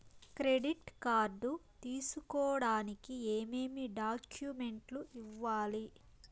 credit card తీసుకోడానికి ఏమేమి డాక్యుమెంట్లు ఇవ్వాలి